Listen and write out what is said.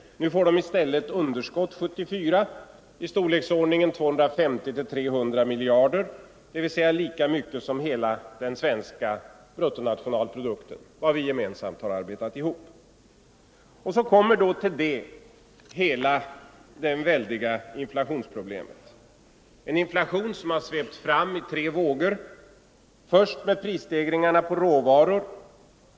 Nu får de i stället ett underskott 1974 i storleksordningen 250-300 miljarder kronor, dvs. lika mycket som hela den svenska bruttonationalprodukten — vad vi gemensamt har arbetat ihop. Till detta väldiga problem kommer så hela inflationsproblemet, en inflation som har svept fram i tre vågor. Först kom de väldiga prisstegringarna på råvaror.